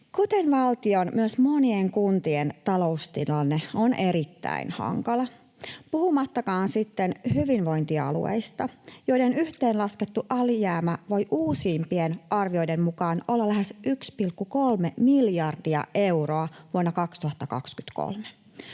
Kuten valtion myös monien kuntien taloustilanne on erittäin hankala, puhumattakaan hyvinvointialueista, joiden yhteenlaskettu alijäämä voi uusimpien arvioiden mukaan olla lähes 1,3 miljardia euroa vuonna 2023.